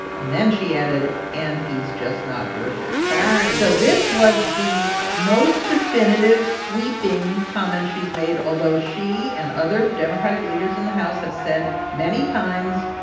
and then she added, and he's just not worth it burn so this was the most definitive, sweeping comment she's made, although she and other democratic leaders in the house have said many times,